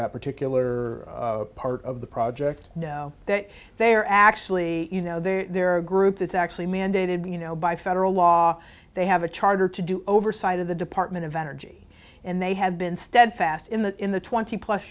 that particular part of the project no that they are actually you know they're a group that's actually mandated you know by federal law they have a charter to do oversight of the department of energy and they have been steadfast in the in the twenty plus